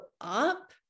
up